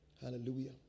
Hallelujah